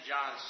John